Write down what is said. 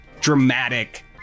dramatic